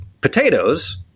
potatoes